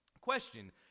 Question